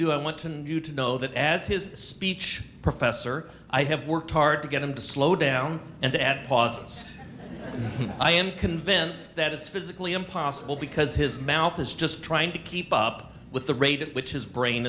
do i want to know that as his speech professor i have worked hard to get him to slow down and at pause i am convinced that it's physically impossible because his mouth is just trying to keep up with the rate at which his brain